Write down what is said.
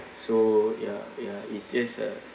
so ya ya is is a